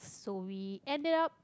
so we ended up